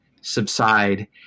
subside